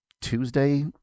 tuesday